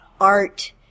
art